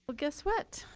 but guess what?